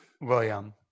william